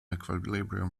equilibrium